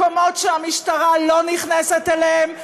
מקומות שהמשטרה לא נכנסת אליהם,